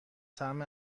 طعم